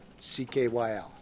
CKYL